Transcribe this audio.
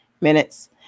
minutes